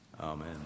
amen